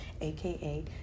AKA